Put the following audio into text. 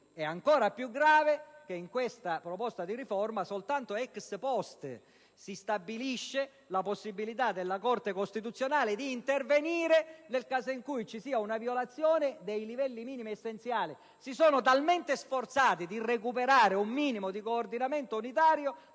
è ancora più grave che in questa proposta di riforma soltanto *ex post* si stabilisce la possibilità della Corte costituzionale di intervenire nel caso in cui vi sia una violazione dei livelli minimi essenziali. Si sono talmente sforzati di recuperare un minimo di coordinamento unitario,